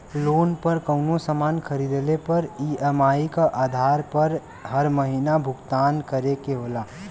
loan पर कउनो सामान खरीदले पर ई.एम.आई क आधार पर हर महीना भुगतान करे के होला